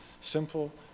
simple